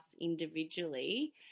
individually